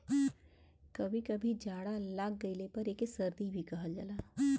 कभी कभी जाड़ा लाग गइले पर एके सर्दी भी कहल जाला